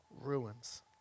ruins